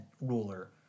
ruler